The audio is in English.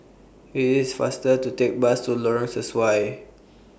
IT IS faster to Take Bus to Lorong Sesuai